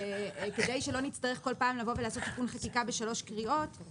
וכדי שלא נצטרך כל פעם לבוא ולעשות תיקון חקיקה בשלוש קריאות,